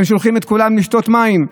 אתם שולחים את כולם לשתות מים.